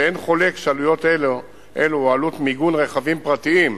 ואין חולק שעלויות אלו או עלות מיגון רכבים פרטיים,